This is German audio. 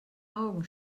augen